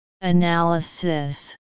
Analysis